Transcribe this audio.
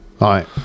Right